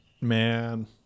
Man